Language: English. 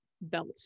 belt